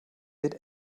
wird